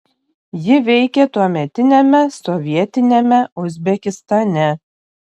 ji veikė tuometiniame sovietiniame uzbekistane